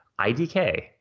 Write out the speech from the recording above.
IDK